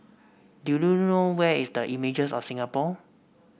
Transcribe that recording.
do you know where is the Images of Singapore